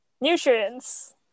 nutrients